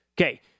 Okay